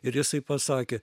ir jisai pasakė